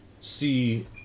see